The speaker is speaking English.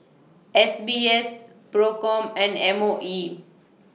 S B S PROCOM and M O E